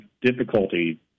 difficulty